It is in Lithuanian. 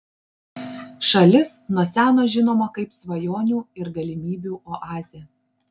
šalis nuo seno žinoma kaip svajonių ir galimybių oazė